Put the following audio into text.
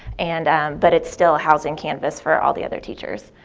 and but it's still housing canvas for all the other teachers.